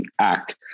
act